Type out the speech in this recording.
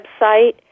website